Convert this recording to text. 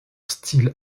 style